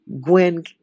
Gwen